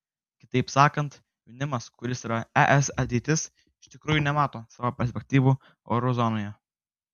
kitaip sakant jaunimas kuris yra es ateitis iš tikrųjų nemato savo perspektyvų euro zonoje